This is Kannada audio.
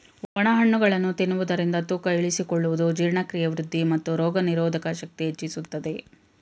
ಒಣ ಹಣ್ಣುಗಳನ್ನು ತಿನ್ನುವುದರಿಂದ ತೂಕ ಇಳಿಸಿಕೊಳ್ಳುವುದು, ಜೀರ್ಣಕ್ರಿಯೆ ವೃದ್ಧಿ, ಮತ್ತು ರೋಗನಿರೋಧಕ ಶಕ್ತಿ ಹೆಚ್ಚಿಸುತ್ತದೆ